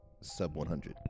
sub-100